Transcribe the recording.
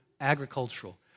agricultural